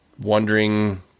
wondering